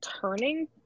turning